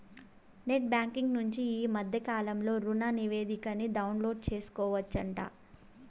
net banking నుంచి ఈ మద్దె కాలంలో రుణనివేదికని డౌన్లోడు సేసుకోవచ్చంట